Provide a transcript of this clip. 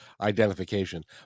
identification